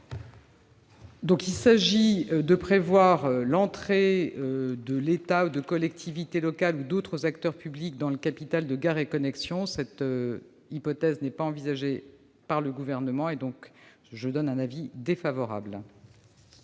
souhaitent prévoir l'entrée de l'État, de collectivités locales ou d'autres acteurs publics dans le capital de Gares & Connexions. Cette hypothèse n'est pas envisagée par le Gouvernement, ce qui me pousse à donner un avis défavorable.